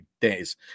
days